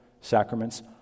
sacraments